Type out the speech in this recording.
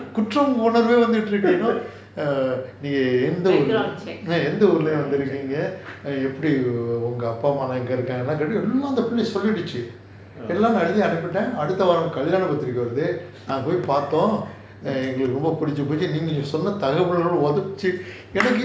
எனக்கு குற்றம் உணர்வு வந்துட்டு இருக்கு எங்க எந்த ஊருலந்து வந்து இருக்கீங்க எல்லாம் அந்த பிள்ளை சொல்லிடுச்சி எல்லாமே எழுதி அனுப்பிட்டேன் அடுத்த வாரம் கல்யாண பத்திரிகை வருது நாங்க போய் பாத்தோம் நாங்க போய் பாத்தோம் எங்களுக்கு ரொம்ப பிடிச்சி போயிடுச்சி நீங்க சொன்ன தகவல் தோணுச்சு:ennaku kutram unarvu vanthutu iruku enga entha uurulanthu vanthu irukeenga ellaam antha pilla soliduchi ellamae ezhuthi anupitaen adutha vaaram kalyana pathirikai varuthu naanga poi paathom nanga poi paathom engaluku romba pidichi poiduchi neenga sonna thagaval thonuchi